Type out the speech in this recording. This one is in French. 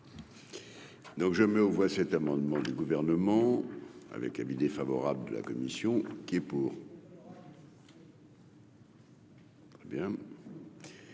Donc je mets aux voix cet amendement du gouvernement avec avis défavorable de la commission qui est pour. Hé bien,